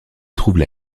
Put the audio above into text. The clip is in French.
trouvent